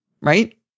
right